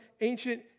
ancient